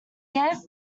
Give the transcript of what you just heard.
gave